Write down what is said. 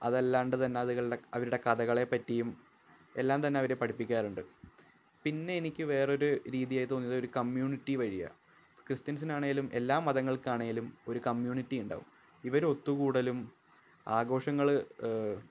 അതല്ലാണ്ട് തന്നെ അതുകളുടെ അവരുടെ കഥകളെപ്പറ്റിയും എല്ലാന്തന്നെ അവരെ പഠിപ്പിക്കാറുണ്ട് പിന്നെ എനിക്ക് വേറൊരു രീതിയായി തോന്നിയത് ഒരു കമ്മ്യൂണിറ്റി വഴിയാണ് ക്രിസ്റ്റ്യൻസിനാണേലും എല്ലാ മതങ്ങൾക്കാണേലും ഒരു കമ്മ്യൂണിറ്റിയുണ്ടാവും ഇവരൊത്തുകൂടലും ആഘോഷങ്ങള്